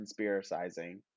conspiracizing